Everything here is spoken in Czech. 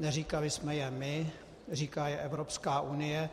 Neříkali jsme je my, říká je Evropská unie,